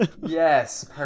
Yes